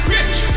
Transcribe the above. Rich